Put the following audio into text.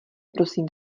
prosím